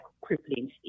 crippling